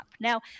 Now